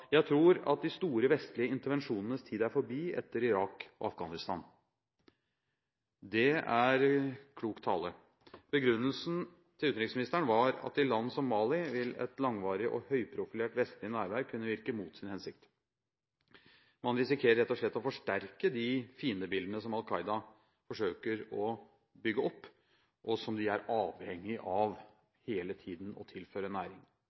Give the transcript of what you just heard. tror at de store, vestlige intervensjonenes tid er forbi etter Irak og Afghanistan». Det er klok tale. Begrunnelsen til utenriksministeren var at i land som Mali vil et langvarig og høyprofilert vestlig nærvær kunne virke mot sin hensikt. Man risikerer rett og slett å forsterke de fiendebildene som Al Qaida forsøker å bygge opp, og som de er avhengig av hele tiden å tilføre næring.